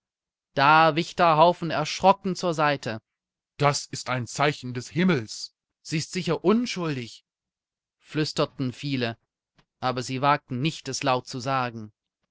da wich der haufen erschrocken zur seite das ist ein zeichen des himmels sie ist sicher unschuldig flüsterten viele aber sie wagten nicht es laut zu sagen